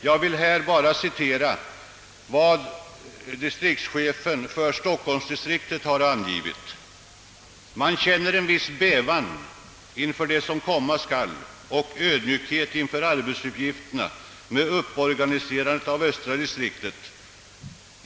Jag vill här bara citera vad distriktschefen för stockholmsdistriktet har sagt: »Man känner en viss bävan för det som komma skall, och ödmjukhet inför arbetsuppgifterna med upporganiserandet av östra distriktet inställer sig automatiskt.